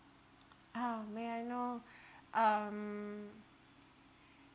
um may I know um